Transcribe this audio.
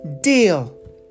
Deal